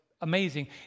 amazing